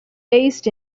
based